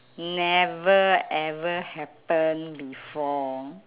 never ever happen before